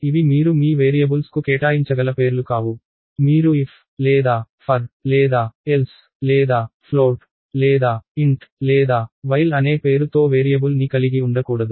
ఇవి మీరు మీ వేరియబుల్స్కు కేటాయించగల పేర్లు కావు మీరు ఇఫ్ లేదా ఫర్ లేదా ఎల్స్ లేదా ఫ్లోట్ లేదా ఇంట్ లేదా వైల్ అనే పేరు తో వేరియబుల్ని కలిగి ఉండకూడదు